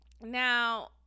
Now